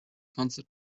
concert